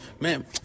man